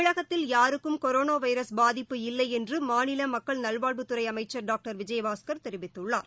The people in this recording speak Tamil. தமிழகத்தில் யாருக்கும் கொரோனாவைரஸ் பாதிப்பு இல்லைஎன்றுமாநிலமக்கள் நல்வாழ்வுத்துறைஅமைச்சர் டாக்டர் விஜயபாஸ்கர் தெரிவித்துள்ளார்